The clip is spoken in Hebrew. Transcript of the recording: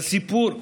לסיפור,